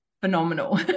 phenomenal